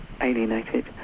alienated